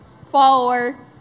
Follower